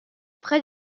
près